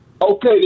Okay